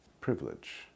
privilege